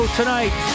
tonight